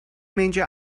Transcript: meindio